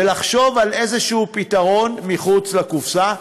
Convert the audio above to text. ולחשוב על איזשהו פתרון מחוץ לקופסה,